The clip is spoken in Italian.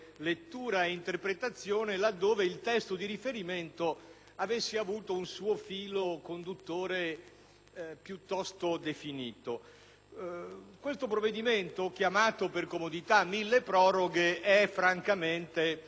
lettura e interpretazione laddove il testo di riferimento avesse avuto un filo conduttore piuttosto definito. Questo provvedimento, chiamato per comodità milleproroghe, è francamente